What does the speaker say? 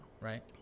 right